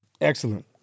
Excellent